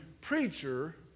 preacher